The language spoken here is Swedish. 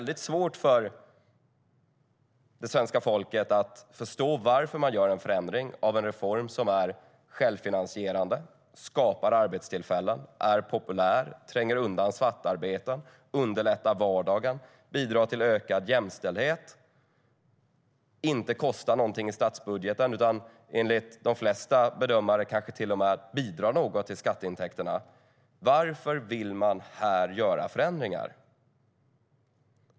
Det är svårt för det svenska folket att förstå varför man gör en förändring av en reform som är självfinansierande, skapar arbetstillfällen, är populär, tränger undan svartarbete, underlättar vardagen, bidrar till ökad jämställdhet och inte kostar någonting i statsbudgeten utan enligt de flesta bedömare kanske till och med bidrar något till skatteintäkterna. Varför vill man här göra förändringar?